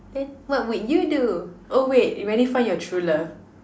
then what would you do oh wait you already find your true love